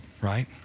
right